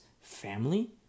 family